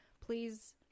please